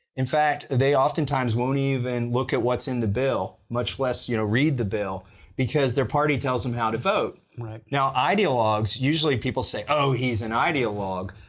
in fact, they oftentimes won't even look at what's in the bill, much less you know read the bill because their party tells them how to vote. now ideologues, usually people say, oh, he's an ideologue.